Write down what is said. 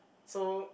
so